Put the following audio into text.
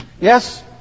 Yes